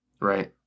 Right